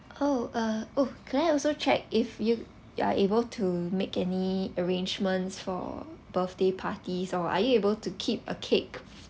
oh ah oh can I also check if you you are able to make any arrangements for birthday parties or are you able to keep a cake